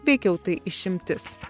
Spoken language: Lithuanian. veikiau tai išimtis